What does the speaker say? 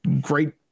great